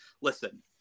Listen